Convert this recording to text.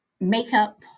makeup